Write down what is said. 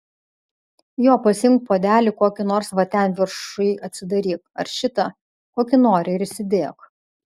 jo pasiimk puodelį kokį nors va ten viršuj atsidaryk ar šitą kokį nori ir įsidėk